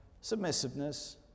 submissiveness